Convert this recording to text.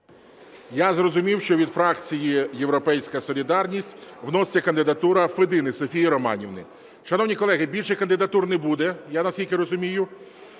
Я зрозумів, що від фракції "Європейська солідарність" вноситься кандидатура Федини Софії Романівни. Шановні колеги, більше кандидатур не буде, я наскільки розумію.